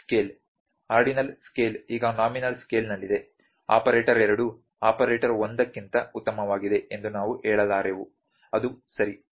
ordinal scale ಈಗ nominal scale ನಲ್ಲಿದೆ operator 2 operator 1 ಗಿಂತ ಉತ್ತಮವಾಗಿದೆ ಎಂದು ನಾವು ಹೇಳಲಾರೆವು ಅದು ಸರಿ